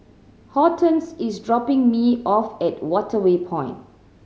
Hortense is dropping me off at Waterway Point